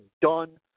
done